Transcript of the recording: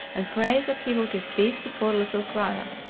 and pray that he will give peace to poor little clara,